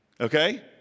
Okay